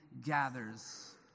gathers